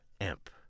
amp